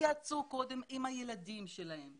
תתייעצו קודם עם הילדים שלכם,